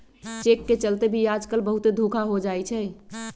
cheque के चलते भी आजकल बहुते धोखा हो जाई छई